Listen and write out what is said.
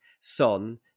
Son